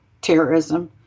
terrorism